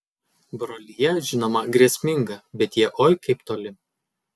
brolija žinoma grėsminga bet jie oi kaip toli